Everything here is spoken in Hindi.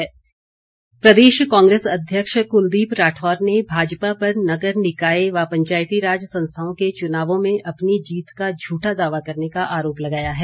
कुलदीप राठौर प्रदेश कांग्रेस अध्यक्ष कुलदीप राठौर ने भाजपा पर नगर निकाय व पंचायतीराज संस्थाओं के चुनावों में अपनी जीत का झूठा दावा करने का आरोप लगाया है